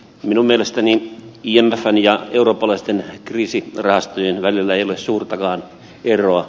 minun mielestäni imfn ja eurooppalaisten kriisirahastojen välillä ei ole suurtakaan eroa